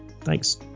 thanks